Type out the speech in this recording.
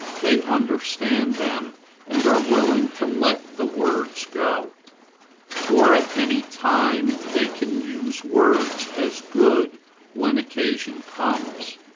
they understand them and are willing to let the words go for at any time they can use words as good when occasion comes.